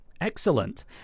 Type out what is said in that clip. Excellent